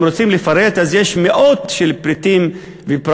אם רוצים לפרט אז יש מאות של פריטים ופרטים